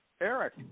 Eric